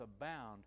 abound